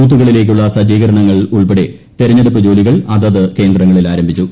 ബൂത്തുകളിലേക്കുള്ള സജ്ജീകരണങ്ങൾ ഉൾപ്പെടെ തെരഞ്ഞെടുപ്പ് ജോലികൾ അതത് കേന്ദ്രങ്ങളിൽ ആരംഭിച്ചു